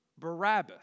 Barabbas